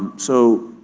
so,